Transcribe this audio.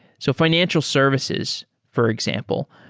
so financial services, for example.